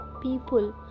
people